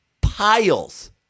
piles